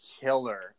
killer